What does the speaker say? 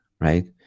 right